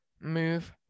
move